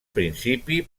principi